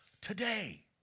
today